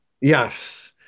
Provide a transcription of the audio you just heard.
Yes